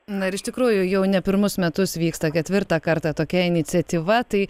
na ir iš tikrųjų jau ne pirmus metus vyksta ketvirtą kartą tokia iniciatyva tai